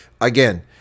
Again